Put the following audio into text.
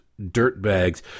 dirtbags